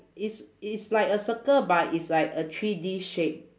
it's it's like a circle but it's like a three-D shape